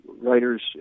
writers